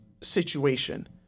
situation